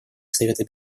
совета